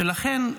ולכן,